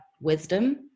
wisdom